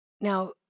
Now